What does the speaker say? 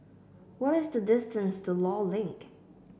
what is the distance to Law Link